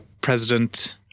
president